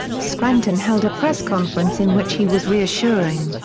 scranton held a press conference in which he was reassuring,